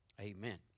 amen